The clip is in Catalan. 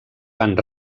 van